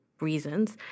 reasons